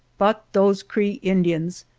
but those cree indians!